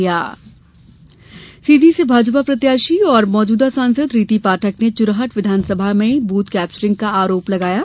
मतदान आरोप सीधी से भाजपा प्रत्याशी और मौजूदा सांसद रीति पाठक ने चुरहट विधानसभा क्षेत्र में बूथ कैप्चरिंग का आरोप लगाया है